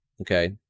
okay